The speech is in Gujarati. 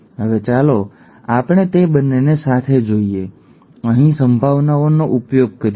હવે ચાલો આપણે તે બંનેને સાથે જોઈએ ઠીક છે અને અહીં સંભાવનાઓનો ઉપયોગ કરીએ